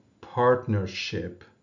partnership